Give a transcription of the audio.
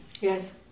Yes